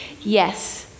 Yes